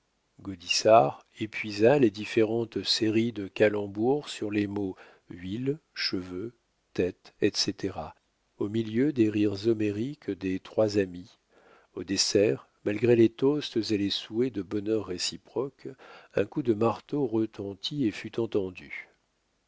épuisa les différentes séries de calembours sur les mots huile cheveux tête etc au milieu des rires homériques des trois amis au dessert malgré les toasts et les souhaits de bonheur réciproques un coup de marteau retentit et fut entendu